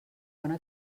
bona